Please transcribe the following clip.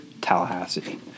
Tallahassee